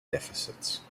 deficits